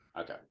Okay